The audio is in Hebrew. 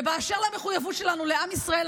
ובאשר למחויבות שלנו לעם ישראל,